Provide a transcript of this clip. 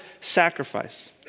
sacrifice